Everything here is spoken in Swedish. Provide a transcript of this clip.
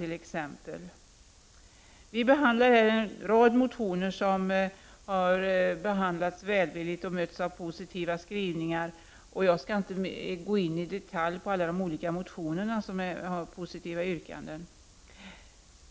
Utskottet behandlar en rad motioner som mottagits välvilligt och mötts av positiva skrivningar. Jag skall inte i detalj gå in på alla de olika motioner för vilka utskottet har positiva yrkanden.